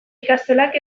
ikastolak